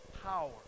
power